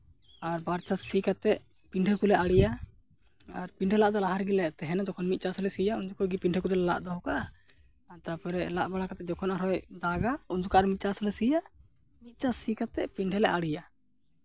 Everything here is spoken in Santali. ᱟᱨ ᱵᱟᱨ ᱪᱟᱥ ᱥᱤ ᱠᱟᱛᱮᱫ ᱯᱤᱰᱷᱟᱹ ᱠᱚᱞᱮ ᱟᱬᱮᱭᱟ ᱟᱨ ᱯᱤᱰᱷᱟᱹ ᱞᱟᱜ ᱫᱚ ᱞᱟᱦᱟ ᱨᱮᱜᱮ ᱞᱮ ᱛᱟᱦᱮᱱᱟ ᱡᱚᱠᱷᱚᱱ ᱢᱤᱫ ᱪᱟᱥ ᱞᱮ ᱥᱤᱭᱟ ᱩᱱ ᱡᱚᱠᱷᱚᱱ ᱜᱮ ᱯᱤᱰᱷᱟᱹ ᱠᱚᱫᱚ ᱞᱮ ᱞᱟᱜ ᱫᱚᱦᱚ ᱠᱟᱜᱼᱟ ᱛᱟᱨᱯᱚᱨᱮ ᱞᱟᱜ ᱵᱟᱲᱟ ᱠᱟᱛᱮᱫ ᱡᱚᱠᱷᱚᱱ ᱟᱨᱦᱚᱸᱭ ᱫᱟᱜᱼᱟ ᱩᱱ ᱡᱚᱠᱷᱚᱱ ᱟᱨ ᱢᱤᱫ ᱪᱟᱥ ᱞᱮ ᱥᱤᱭᱟ ᱢᱤᱫ ᱪᱟᱥ ᱥᱤ ᱠᱟᱛᱮᱫ ᱯᱤᱰᱷᱟᱹ ᱞᱮ ᱟᱬᱮᱭᱟ